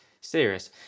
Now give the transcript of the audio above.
serious